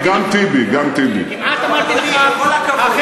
כמעט אמרתי לך, אני